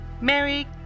Mary